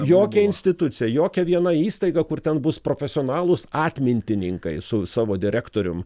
jokia institucija jokia viena įstaiga kur ten bus profesionalūs atmintininkai su savo direktorium